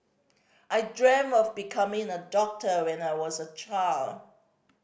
I dreamt of becoming a doctor when I was a child